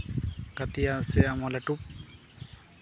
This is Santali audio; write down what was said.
ᱜᱟᱛᱮᱜᱼᱟ ᱥᱮ ᱟᱢ ᱦᱚᱸ ᱞᱟᱹᱴᱩ